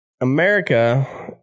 America